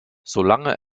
solange